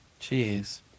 Jeez